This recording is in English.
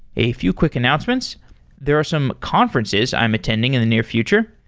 a few quick announcements there are some conferences i'm attending in the near future.